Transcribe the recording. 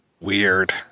weird